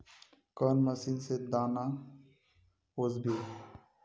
कौन मशीन से दाना ओसबे?